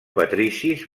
patricis